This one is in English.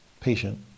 patient